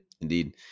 indeed